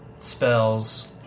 spells